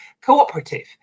cooperative